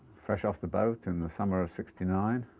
fresh off the boat in the summer of sixty nine.